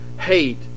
hate